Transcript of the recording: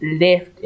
left